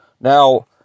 Now